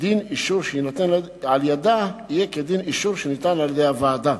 ודין אישור שיינתן על-ידה יהיה כדין אישור שניתן על-ידי הוועדה.